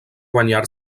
guanyar